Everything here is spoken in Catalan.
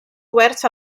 oberts